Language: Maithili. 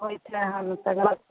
होइ छै हन तेकर